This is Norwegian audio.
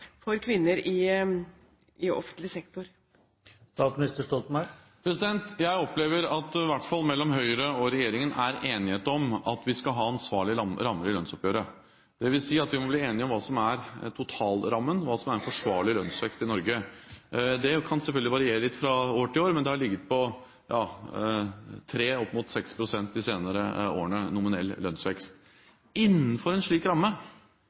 for kvinner i offentlig sektor? Jeg opplever at det i hvert fall mellom Høyre og regjeringen er enighet om at vi skal ha ansvarlige rammer i lønnsoppgjøret, dvs. at vi må bli enige om hva som er totalrammen, hva som er en forsvarlig lønnsvekst i Norge. Det kan selvfølgelig variere litt fra år til år, men det har ligget på 3 pst. og opp mot 6 pst. de senere årene i nominell lønnsvekst. Innenfor en slik ramme